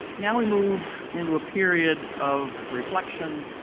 now we move into a period of reflection,